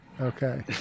Okay